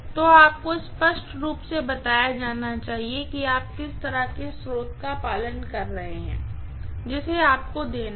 तो आपको स्पष्ट रूप से बताया जाना चाहिए कि आप किस तरह के स्रोत का पालन कर रहे हैं जिसे आपको देना है